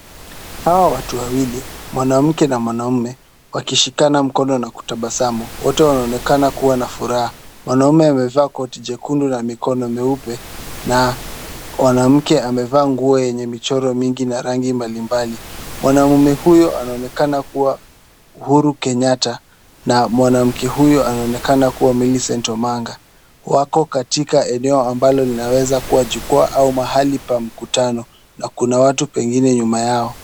Hawa watu wawili, mwanamke na wanamume wakishikana mkono na kutabasamu. Wote wanaonekana kuwa na furaha. Mwanaume amevaa koti jekundu na mikono mieupe na mwanamke amevaa nguo yenye michoro mingi na rangi mbalimbali. Mwanamume huyu anaonekana kuwa Uhuru Kenyatta na mwanamke huyu anaonekana kuwa Millicent Omanga. Wako katika eneo ambalo linaweza kuwa jukwaa au mahali pa mkutano na kuna watu pengine nyuma yao.